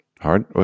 Hard